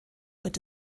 wird